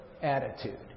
attitude